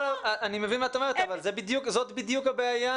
אני מבין מה שאת אומרת אבל זאת בדיוק הבעיה.